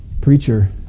preacher